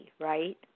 right